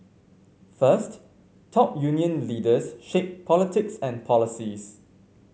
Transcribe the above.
first top union leaders shape politics and policies